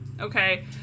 Okay